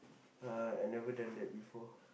uh I never done that before